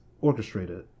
orchestrated